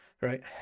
Right